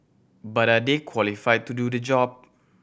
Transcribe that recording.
but are they qualified to do the job